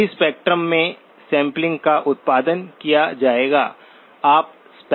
सभी स्पेक्ट्रम में सैंपलिंग का उत्पादन किया जाएगा